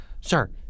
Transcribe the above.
Sir